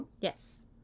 Yes